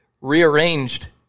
rearranged